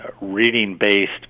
reading-based